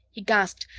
he gasped,